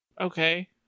Okay